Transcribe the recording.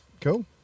Cool